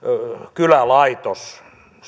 kylälaitos